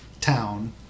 town